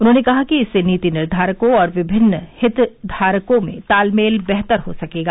उन्होंने कहा कि इससे नीति निर्धारकों और विभिन्न हितधारकों में तालमेल बेहतर हो सकेगा